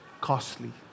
costly